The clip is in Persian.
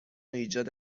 ایجاد